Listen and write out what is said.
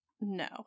No